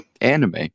anime